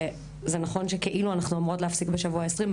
וזה נכון שכאילו אנחנו אמורות להפסיק בשבוע ה-20,